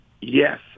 Yes